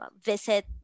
visit